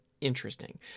interesting